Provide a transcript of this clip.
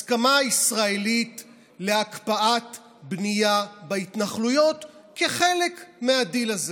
הסכמה ישראלי להקפאת בנייה בהתנחלויות כחלק מהדיל הזה.